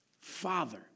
Father